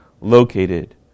located